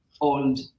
old